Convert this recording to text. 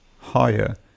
higher